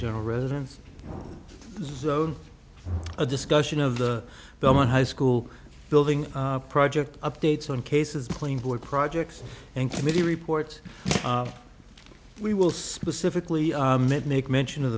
general residence zone a discussion of the belmont high school building project updates on cases plain board projects and committee reports we will specifically make mention of